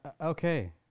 Okay